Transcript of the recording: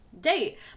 date